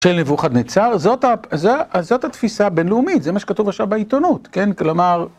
של נבוכדנצר, אז זאת התפיסה הבינלאומית, זה מה שכתוב עכשיו בעיתונות, כן, כלומר...